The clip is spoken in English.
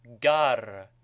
gar